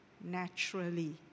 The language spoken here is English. naturally